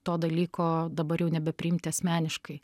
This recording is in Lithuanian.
to dalyko dabar jau nebepriimti asmeniškai